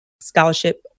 scholarship